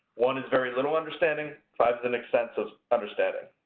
one is very little understanding. five is an extensive understanding.